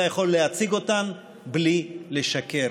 אתה יכול להציג אותן בלי לשקר,